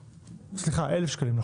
סליחה, 1,000 שקלים.